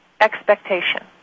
expectation